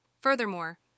Furthermore